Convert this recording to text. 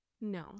No